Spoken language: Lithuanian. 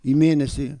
į mėnesį